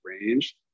range